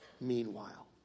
meanwhile